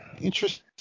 interesting